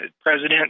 President